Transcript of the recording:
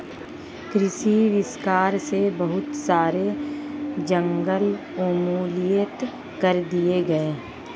कृषि विस्तार से बहुत सारे जंगल उन्मूलित कर दिए गए